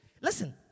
Listen